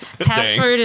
Password